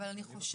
אבל אני חושבת,